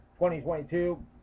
2022